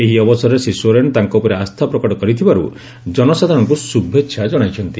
ଏହି ଅବସରରେ ଶ୍ରୀ ସୋରେନ୍ ତାଙ୍କ ଉପରେ ଆସ୍ଥା ପ୍ରକଟ କରିଥିବାରୁ ଜନସାଧାରଣଙ୍କୁ ଶୁଭେଚ୍ଛା ଜଣାଇଛନ୍ତି